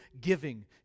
giving